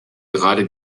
gerade